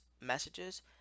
messages